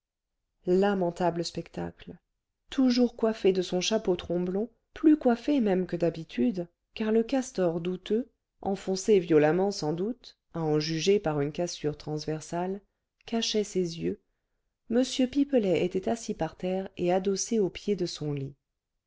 lamentable spectacle toujours coiffé de son chapeau tromblon plus coiffé même que d'habitude car le castor douteux enfoncé violemment sans doute à en juger par une cassure transversale cachait ses yeux m pipelet était assis par terre et adossé au pied de son lit